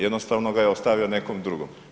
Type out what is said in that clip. Jednostavno ga je ostavio nekom drugom.